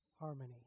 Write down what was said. harmony